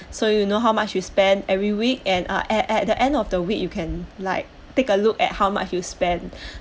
so you know how much you spend every week and at at at the end of the week you can like take a look at how much you spent